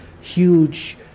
huge